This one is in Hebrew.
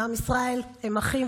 ועם ישראל הם אחים,